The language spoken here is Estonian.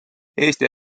eesti